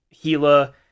Gila